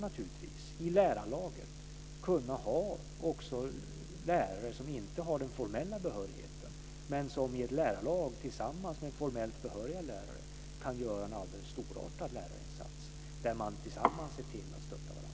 Naturligtvis måste man i lärarlaget också kunna ha lärare som inte har den formella behörigheten men som i ett lärarlag, tillsammans med formellt behöriga lärare, kan göra en alldeles storartad lärarinsats där man tillsammans ser till att stötta varandra.